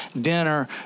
dinner